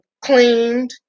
cleaned